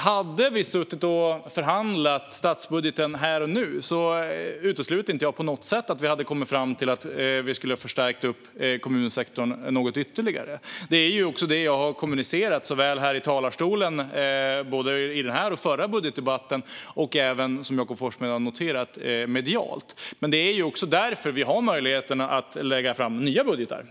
Om vi hade suttit och förhandlat statsbudgeten här och nu utesluter jag inte att vi hade kommit fram till att vi skulle förstärka kommunsektorn ytterligare något. Det har jag också kommunicerat såväl här i talarstolen, både i den här och i den förra budgetdebatten, som medialt, vilket Jakob Forssmed har noterat. Det är också därför vi har möjligheten att lägga fram nya budgetar.